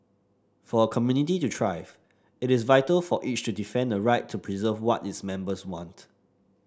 for a community to thrive it is vital for each to defend the right to preserve what its members want